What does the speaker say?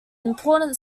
important